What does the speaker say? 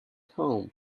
home